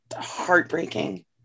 heartbreaking